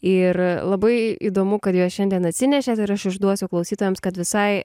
ir labai įdomu kad juos šiandien atsinešėt ir aš išduosiu klausytojams kad visai